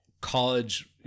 college